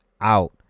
out